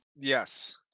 Yes